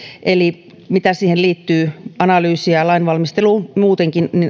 mitä siihen sitten liittyykään analyysia ja muuta mitä liittyy lainvalmisteluun muutenkin